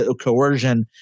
coercion